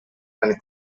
and